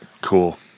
Cool